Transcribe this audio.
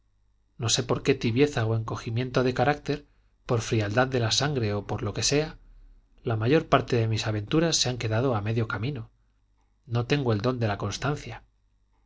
no sé por qué tibieza o encogimiento de carácter por frialdad de la sangre o por lo que sea la mayor parte de mis aventuras se han quedado a medio camino no tengo el don de la constancia